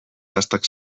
gaztak